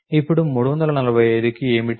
ఇప్పుడు 345 కి ఏమిటి